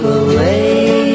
away